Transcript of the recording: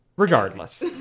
regardless